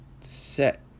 set